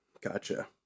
Gotcha